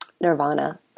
nirvana